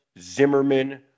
Zimmerman